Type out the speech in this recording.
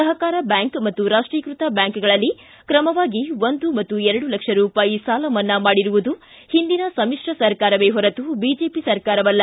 ಸಹಕಾರ ಬ್ಲಾಂಕ್ ಮತ್ತು ರಾಷ್ಷೀಕೃಕ ಬ್ಲಾಂಕ್ಗಳಲ್ಲಿ ಕ್ರಮವಾಗಿ ಒಂದು ಮತ್ತು ಎರಡು ಲಕ್ಷ ರೂಪಾಯಿ ಸಾಲಮನ್ನಾ ಮಾಡಿರುವುದು ಹಿಂದಿನ ಸಮಿತ್ರ ಸರ್ಕಾರವೇ ಹೊರತು ಬಿಜೆಪಿ ಸರ್ಕಾರವಲ್ಲ